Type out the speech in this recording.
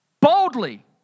boldly